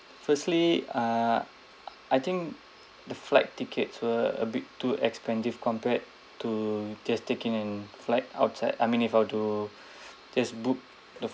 firstly uh I think the flight tickets were a bit too expensive compared to just taking an flight outside I mean if I were to just book